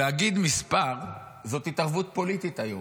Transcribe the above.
שלהגיד מספר זאת התערבות פוליטית היום?